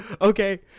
okay